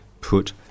put